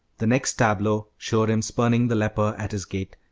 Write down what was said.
the next tableau showed him spurning the leper at his gate,